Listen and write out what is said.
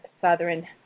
Southern